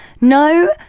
No